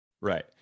Right